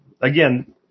again